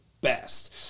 best